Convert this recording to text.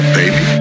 baby